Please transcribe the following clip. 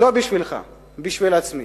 לא בשבילך, בשביל עצמי.